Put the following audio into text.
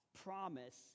promise